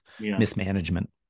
mismanagement